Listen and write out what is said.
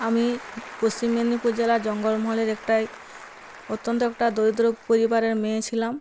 আমি পশ্চিম মেদিনীপুর জেলার জঙ্গলমহলের একটা অত্যন্ত একটা দরিদ্র পরিবারের মেয়ে ছিলাম